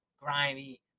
grimy